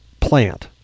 plant